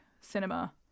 cinema